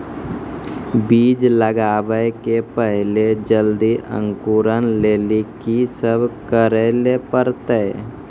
बीज लगावे के पहिले जल्दी अंकुरण लेली की सब करे ले परतै?